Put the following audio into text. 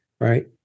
right